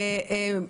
הוועדה.